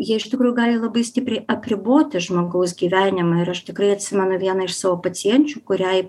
jie iš tikrųjų gali labai stipriai apriboti žmogaus gyvenimą ir aš tikrai atsimenu vieną iš savo pacienčių kuriai